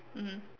mmhmm